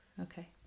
Okay